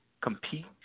compete